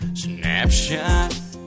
snapshot